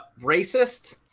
Racist